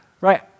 Right